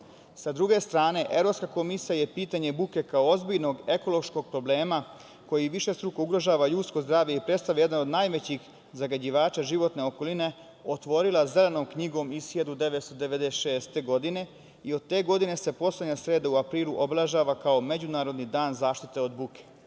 druge strane, Evropska komisija je pitanje buke, kao ozbiljnog ekološkog problema koji višestruko ugrožava ljudsko zdravlje i predstavlja jedan od najvećih zagađivača životne okoline, otvorila Zelenu knjigu iz 1996. godine i od te godine se poslednja sreda u aprilu obeležava kao Međunarodni dan zaštite od buke.